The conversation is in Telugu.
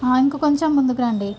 ఇంక కొంచెం ముందుకు రండి